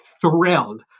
thrilled